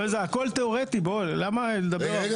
זה הכול תיאורטי, בוא, למה לדבר הרבה.